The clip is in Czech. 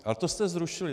Ale to jste zrušili.